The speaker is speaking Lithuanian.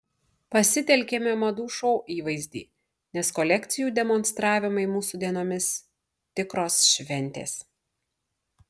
pasitelkėme madų šou įvaizdį nes kolekcijų demonstravimai mūsų dienomis tikros šventės